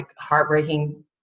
heartbreaking